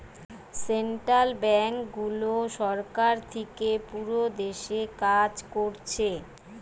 central ব্যাংকগুলো সরকার থিকে পুরো দেশে কাজ কোরছে